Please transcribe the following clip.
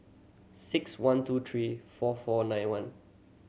six one two three five four nine one